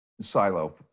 silo